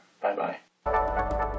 Bye-bye